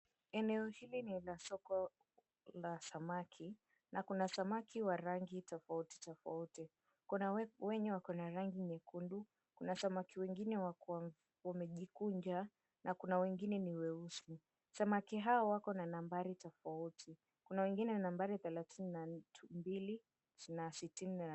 Eneo hili ni la soko la samaki na kuna samaki wa rangi tofauti tofauti. Kuna wenye wakona rangi nyekndu, kuna samaki wengine wamejikunja na kuna wengine ni weusi. Samaki hawa wakona nambari tofauti. Kuna wengine na nambari thelathini na mbili na sitini na nne.